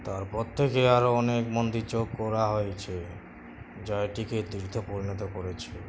তারপর থেকে আরও অনেক মন্দির যোগ করা হয়েছে যা এটিকে তীর্থে পরিণত করেছে